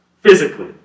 physically